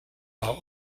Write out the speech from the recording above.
are